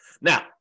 Now